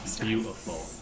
Beautiful